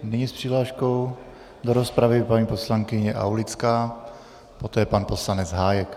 Nyní s přihláškou do rozpravy paní poslankyně Aulická, poté pan poslanec Hájek.